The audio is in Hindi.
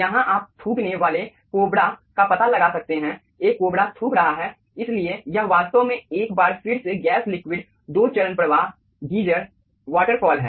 यहाँ आप थूकने वाले कोबरा का पता लगा सकते हैं एक कोबरा थूक रहा है इसलिए यह वास्तव में एक बार फिर गैस लिक्विड दो चरण प्रवाह गीजर वाटर फॉल है